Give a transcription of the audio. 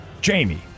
Jamie